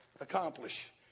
accomplish